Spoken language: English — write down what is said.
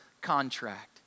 contract